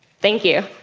thank you.